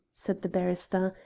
said the barrister,